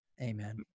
Amen